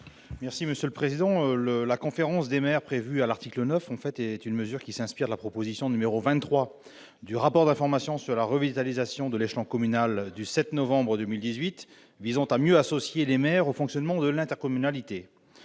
est à M. Stéphane Artano. La conférence des maires, prévue au présent article, est inspirée de la proposition n° 23 du rapport d'information sur la revitalisation de l'échelon communal du 7 novembre 2018, visant à mieux associer les maires au fonctionnement de l'intercommunalité.